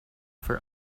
for